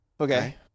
Okay